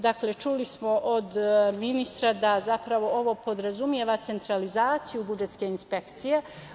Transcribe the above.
Dakle, čuli smo od ministra da zapravo ovo podrazumeva centralizaciju budžetske inspekcija.